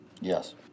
Yes